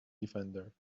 defender